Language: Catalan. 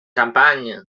xampany